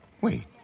Wait